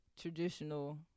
traditional